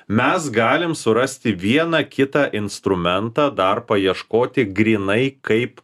mes galim surasti vieną kitą instrumentą dar paieškoti grynai kaip